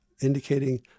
indicating